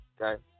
Okay